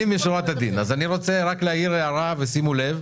אני רוצה להעיר הערה ושימו לב.